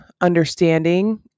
understanding